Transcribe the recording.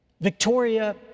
Victoria